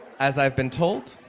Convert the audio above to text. as i've been told.